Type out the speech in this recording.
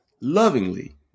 lovingly